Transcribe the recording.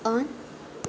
on